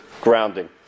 grounding